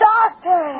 Doctor